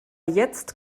jetzt